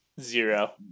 Zero